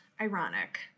ironic